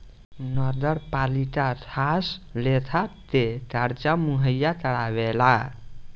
नगरपालिका खास लेखा के कर्जा मुहैया करावेला